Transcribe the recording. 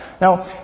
Now